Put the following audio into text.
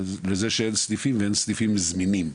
לזה שאין סניפים ואין הסניפים הם זמינים,